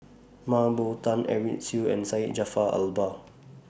Mah Bow Tan Edwin Siew and Syed Jaafar Albar